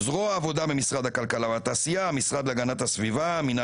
זרוע העבודה במשרד העבודה במשרד הכלכלה והתעשייה,